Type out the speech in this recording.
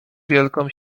wielką